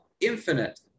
infinite